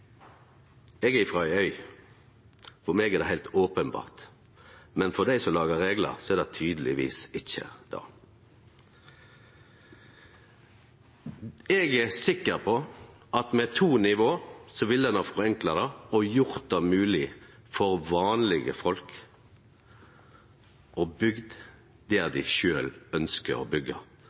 det heilt openbert, men for dei som lagar reglar, er det tydelegvis ikkje det. Eg er sikker på at med to nivå ville ein ha forenkla og gjort det mogleg for vanlege folk å byggje der ein sjølv ønskjer å byggje, og å byggje – anten det gjeld naust eller garasje – sånn som dei